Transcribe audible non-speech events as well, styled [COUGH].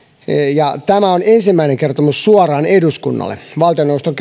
tämä on ensimmäinen kertomus suoraan eduskunnalle valtioneuvoston [UNINTELLIGIBLE]